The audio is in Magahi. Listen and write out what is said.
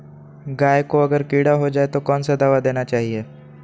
गाय को अगर कीड़ा हो जाय तो कौन सा दवा देना चाहिए?